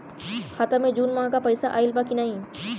खाता मे जून माह क पैसा आईल बा की ना?